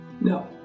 No